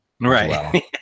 Right